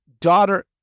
daughter